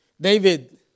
David